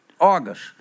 August